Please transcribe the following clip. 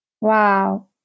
Wow